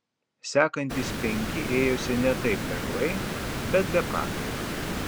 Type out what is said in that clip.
sekantys penki ėjosi ne taip lengvai bet be prakaito